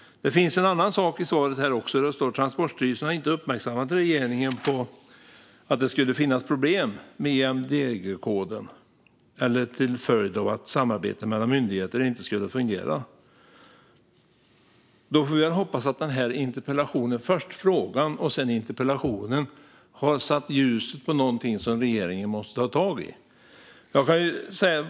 Statsrådet sa en annan sak i svaret, nämligen detta: "Transportstyrelsen har inte uppmärksammat regeringen på att det skulle finnas problem med IMDG-koden eller till följd av att samarbetet mellan myndigheterna inte skulle fungera." Då får vi väl hoppas att först den skriftliga frågan och sedan den här interpellationen har satt ljuset på någonting som regeringen måste ta tag i.